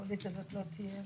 הקואליציה הזאת לא תהיה,